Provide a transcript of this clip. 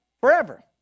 forever